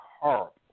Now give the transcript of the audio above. horrible